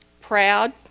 proud